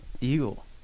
Eagle